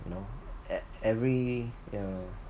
you know e~ every yeah